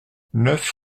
neuf